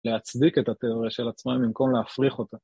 להצדיק את התיאוריה של עצמם במקום להפריך אותה.